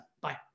Bye